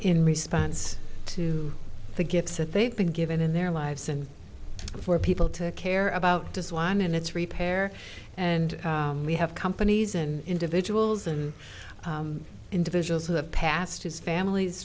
in response to the gifts that they've been given in their lives and for people to care about this one and it's repair and we have companies and individuals and individuals who have passed his family's